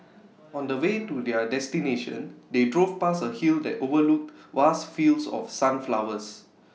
on the way to their destination they drove past A hill that overlooked vast fields of sunflowers